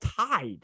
tied